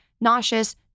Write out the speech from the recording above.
nauseous